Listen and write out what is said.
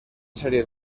serie